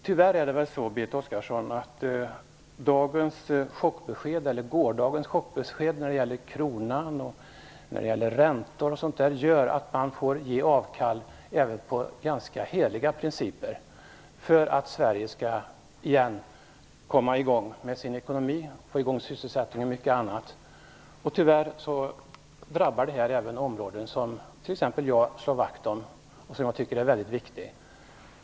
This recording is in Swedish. Tyvärr, Berit Oscarsson, gör gårdagens chockbesked när det gäller kronan och räntorna att man får ge avkall även på ganska heliga principer för att Sverige skall komma i gång med ekonomin, sysselsättningen och mycket annat. Tyvärr drabbar detta även områden som t.ex. jag slår vakt om och tycker är viktiga.